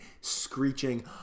screeching